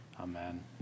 amen